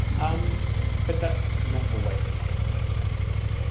um but that's not always the case, i suppose.